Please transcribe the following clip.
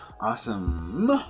Awesome